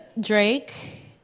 Drake